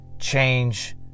change